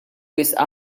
wisq